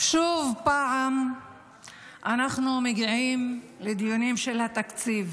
שוב אנחנו מגיעים לדיונים של התקציב.